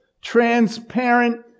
transparent